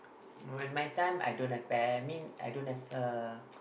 when my time I don't have pa~ I mean I don't have a